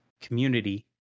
community